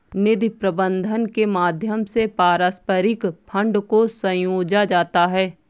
निधि प्रबन्धन के माध्यम से पारस्परिक फंड को संजोया जाता है